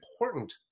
important